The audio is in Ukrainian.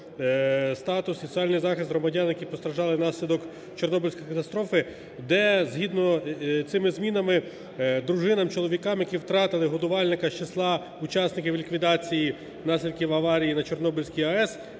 статус і соціальний захист громадян, які постраждали внаслідок Чорнобильської катастрофи", де згідно цими змінами дружинам (чоловікам), які тратили годувальника із числа учасників ліквідації наслідків аварії на Чорнобильської АЕС,